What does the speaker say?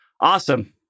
Awesome